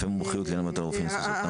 "ענפי מומחיות לעניין מתן מרשם לסם מסוכן":